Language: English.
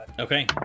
Okay